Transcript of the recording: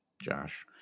Josh